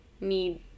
need